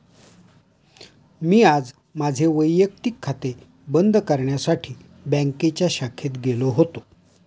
मी आज माझे वैयक्तिक खाते बंद करण्यासाठी बँकेच्या शाखेत गेलो होतो